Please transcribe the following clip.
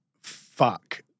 Fuck